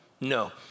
No